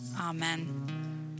Amen